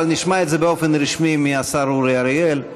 אבל נשמע את זה באופן רשמי מהשר אורי אריאל.